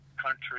country